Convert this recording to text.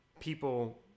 People